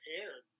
prepared